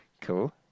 Cool